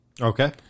Okay